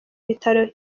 bitaro